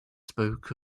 spoke